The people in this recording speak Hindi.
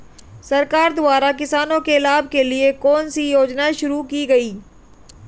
सरकार द्वारा किसानों के लाभ के लिए कौन सी योजनाएँ शुरू की गईं?